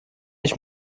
ich